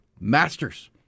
Masters